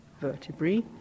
vertebrae